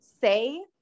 say